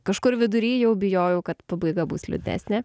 kažkur vidury jau bijojau kad pabaiga bus liūdnesnė